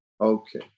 Okay